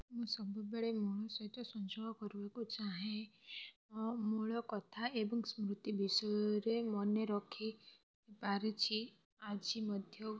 ମୁଁ ସବୁବେଳେ ସହିତ ସଂଯୋଗ କରିବାକୁ ଚାହେଁ ଓ ମୂଳକଥା ଏବଂ ସ୍ମୃତି ବିଷୟରେ ମନେରଖି ପାରିଛି ଆଜି ମଧ୍ୟ